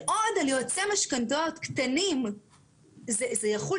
בעוד על יועצי משכנתאות קטנים זה יחול.